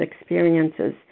experiences